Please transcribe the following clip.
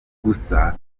gusa